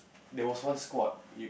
there was one squad you